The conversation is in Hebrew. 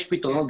יש פתרונות,